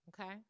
Okay